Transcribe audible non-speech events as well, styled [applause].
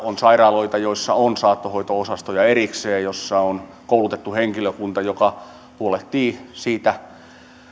[unintelligible] on sairaaloita joissa on saattohoito osastoja erikseen ja joissa on koulutettu henkilökunta joka huolehtii siitä